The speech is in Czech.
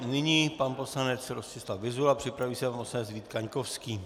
Nyní pan poslanec Rostislav Vyzula, připraví se pan poslanec Vít Kaňkovský.